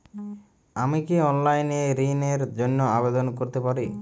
আমি কি অনলাইন এ ঋণ র জন্য আবেদন করতে পারি?